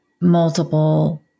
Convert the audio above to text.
multiple